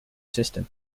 system